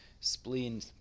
spleen